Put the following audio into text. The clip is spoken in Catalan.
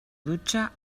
dutxa